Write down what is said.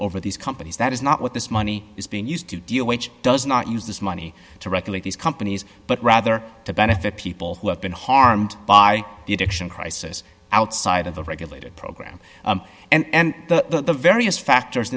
over these companies that is not what this money is being used to deal which does not use this money to regulate these companies but rather to benefit people who have been harmed by the addiction crisis outside of the regulated program and the various factors